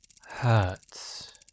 hurts